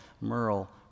Merle